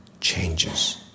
changes